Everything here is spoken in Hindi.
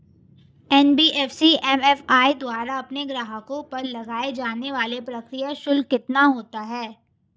एन.बी.एफ.सी एम.एफ.आई द्वारा अपने ग्राहकों पर लगाए जाने वाला प्रक्रिया शुल्क कितना होता है?